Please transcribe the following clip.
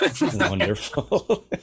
wonderful